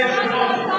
אדוני היושב-ראש,